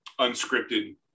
unscripted